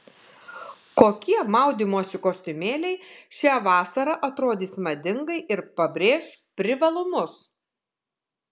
kokie maudymosi kostiumėliai šią vasarą atrodys madingai ir pabrėš privalumus